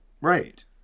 Right